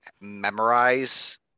memorize